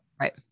Right